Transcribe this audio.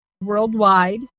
worldwide